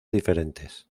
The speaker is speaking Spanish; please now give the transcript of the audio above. diferentes